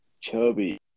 chubby